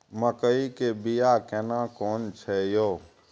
मकई के बिया केना कोन छै यो?